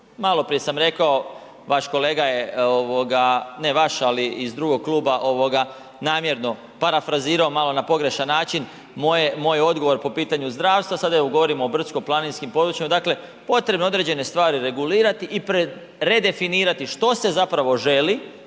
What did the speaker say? Malo prije sam rekao, vaš kolega je, ne vaš ali iz drugog kluba namjerno parafrazirao malo na pogrešan način, moj odgovor po pitanju zdravstva, sada evo govorimo o brdsko-planinskim područjima. Dakle potrebno je određene stvari regulirati i pre redefinirati što se zapravo želi